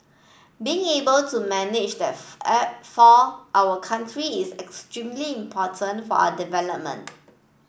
being able to manage that for our country is extremely important for our development